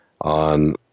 on